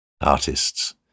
artists